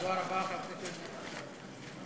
תודה רבה לחבר הכנסת יואל רזבוזוב.